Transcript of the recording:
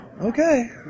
okay